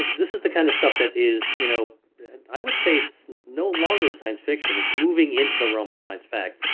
this is the kind of stuff that is. you know i would say it's no longer science fiction. it's moving into the realm of science fact.